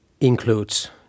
includes